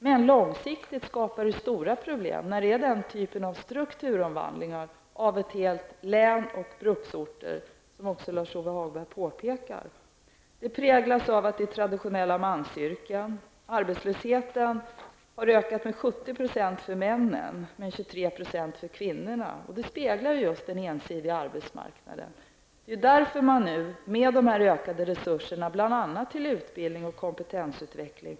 Den typen av strukturomvandlingar av ett helt län med bruksorter skapar långsiktigt stora problem, som också Lars-Ove Hagberg påpekar. Samhället präglas av traditionella mansyrken. Arbetslösheten har ökat med 70 % för männen och med 23 % för kvinnorna, och det speglar ju den ensidiga arbetsmarknaden. Det är därför man nu sätter in ökade resurser, bl.a. till utbildning och kompetensutveckling.